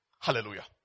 Hallelujah